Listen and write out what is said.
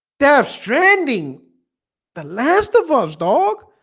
their stranding the last of us dog